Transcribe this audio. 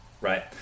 Right